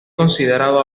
considerado